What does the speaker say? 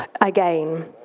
again